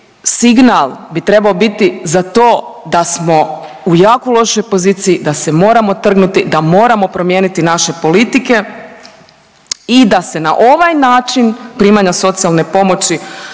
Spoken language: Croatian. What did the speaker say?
signal bi trebao biti za to da smo u jako lošoj poziciji, da se moramo trgnuti, da moramo promijeniti naše politike i da se na ovaj način primanja socijalne pomoći